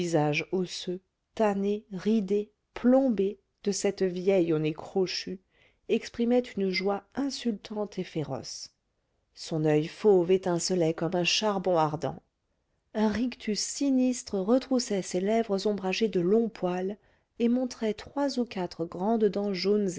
osseux tanné ridé plombé de cette vieille au nez crochu exprimait une joie insultante et féroce son oeil fauve étincelait comme un charbon ardent un rictus sinistre retroussait ses lèvres ombragées de longs poils et montrait trois ou quatre grandes dents jaunes et